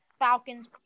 Falcons